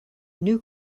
new